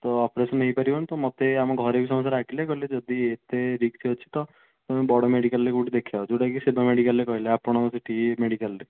ତ ଅପରେସନ୍ ହେଇପାରିବନି ତ ମୋତେ ଆମ ଘରେ ବି ସମସ୍ତେ ରାଗିଲେ କହିଲେ ଯଦି ଏତେ ରିସ୍କ ଅଛି ତ ତମେ ବଡ଼ ମେଡିକାଲ୍ରେ କେଉଁଠି ଦେଖାଅ ଯେଉଁଟା କି ସେବା ମେଡିକାଲ୍ରେ କହିଲେ ଆପଣଙ୍କ ସେଇଠି ମେଡିକାଲରେ